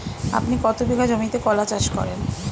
আপনি কত বিঘা জমিতে কলা চাষ করেন?